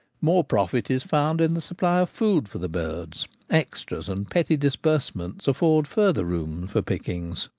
more profit is found in the supply of food for the birds extras and petty disbursements afford further room for pickings.